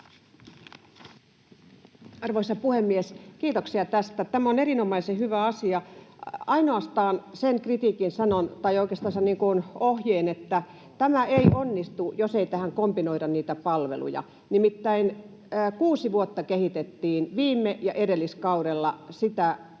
Arvoisa puhemies! Kiitoksia tästä, tämä on erinomaisen hyvä asia. Ainoastaan sen ohjeen sanon, että tämä ei onnistu, jos tähän ei kombinoida niitä palveluja. Nimittäin kuusi vuotta kehitettiin viime ja edelliskaudella sitä